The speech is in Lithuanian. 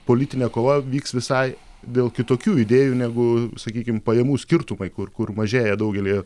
politinė kova vyks visai dėl kitokių idėjų negu sakykim pajamų skirtumai kur kur mažėja daugelyje